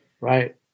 Right